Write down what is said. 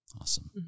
Awesome